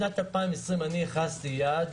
שנת 2020 - אני הכרזתי יעד